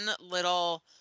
little